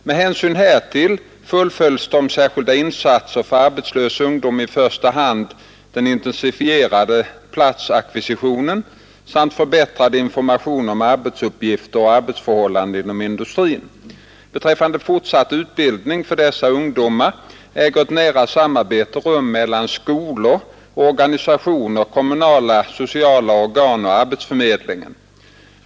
Med hänsyn härtill fullföljs de särskilda insatserna för arbetslös ungdom, i första hand den intensifierade platsackvisitionen samt förbättrad information om arbetsuppgifter och arbetsförhållanden inom industrin. Beträffande fortsatt utbildning för dessa ungdomar äger ett nära samarbete rum mellan skolor, organisationer, kommunernas sociala organ och arbetsförmedlingen.